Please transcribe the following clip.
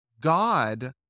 God